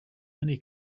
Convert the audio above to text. many